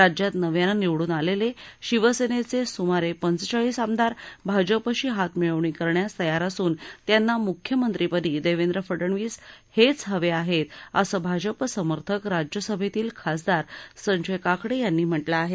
राज्यात नव्यानं निवडून आलेले शिवसेनेचे सुमारे पंचेचाळीस आमदार भाजपशी हात मिळवणी करण्यास तयार असून त्यांना मुख्यमंत्रीपदी देवेंद्र फडणवीस हेच हवे आहेत असं भाजप समर्थक राज्यसभेतील खासदार संजय काकडे यांनी म्हटलं आहे